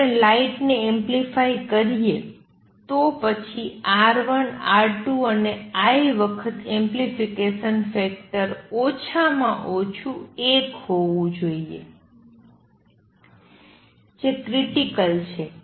જો આપણે લાઇટ ને એમ્પ્લિફાઇ કરીયે તો પછી R1 R2 અને I વખત એમ્પ્લીફિકેશન ફેક્ટર ઓછામાં ઓછું ૧ હોવો જ જોઈએ કે જે ક્રીટીકલ છે